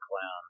clown